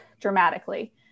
dramatically